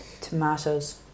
Tomatoes